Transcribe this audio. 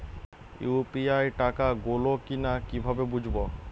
UPI টাকা গোল কিনা কিভাবে বুঝব?